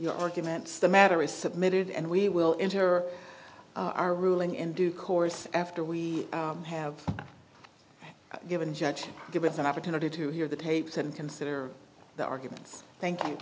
your arguments the matter is submitted and we will ensure our ruling in due course after we have given judge give us an opportunity to hear the tapes and consider the arguments thank you